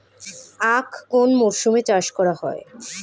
আখ কোন মরশুমে চাষ করা হয়?